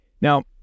Now